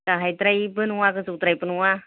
गाहायद्रायबो नङा गोजौद्रायबो नङा